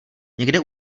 někde